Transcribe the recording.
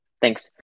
Thanks